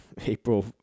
April